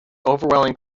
overwhelming